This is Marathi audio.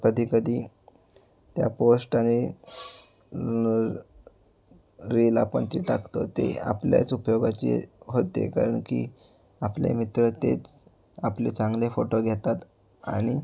कधी कधी त्या पोस्ट आणि रील आपण जी टाकतो ते आपल्याच उपयोगाची होते कारण की आपले मित्र तेच आपले चांगले फोटो घेतात आणि